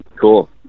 Cool